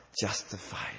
justified